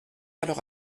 alors